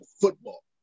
football